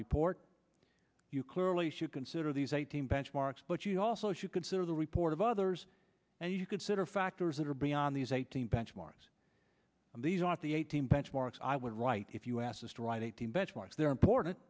report you clearly should consider these eighteen benchmarks but you also if you consider the report of others and you could sit or factors that are beyond these eighteen benchmarks and these are not the eighteen benchmarks i would write if you asked us to write eighteen benchmarks they're important